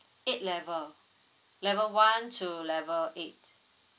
eight level level one to level eight